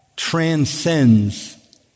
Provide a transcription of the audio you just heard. transcends